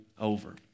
over